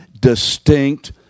distinct